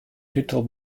title